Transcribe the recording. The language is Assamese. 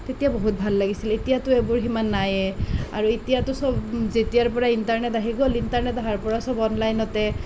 তেতিয়া বহুত ভাল লাগিছিল এতিয়াতো এইবোৰ সিমান নায়েই আৰু এতিয়াতো চব যেতিয়াৰ পৰা ইণ্টাৰনেট আহি গ'ল ইণ্টাৰনেট অহাৰ পৰা চব ইণ্টাৰনেটতে